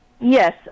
Yes